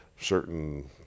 certain